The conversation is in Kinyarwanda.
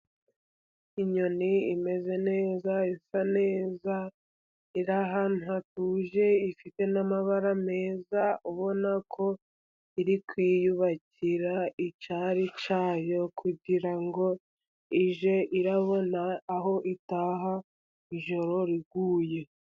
Inyoni imeze neza, isa neza, iri ahantu hatuje, ifite n'amabara meza, ubona ko iri kwiyubakira icyari cyayo, kugira ngo ige irabona aho itaha ijoro riguye.